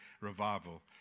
revival